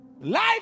Life